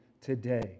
today